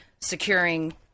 securing